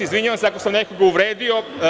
Izvinjavam se ako sam nekoga uvredio.